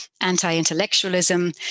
anti-intellectualism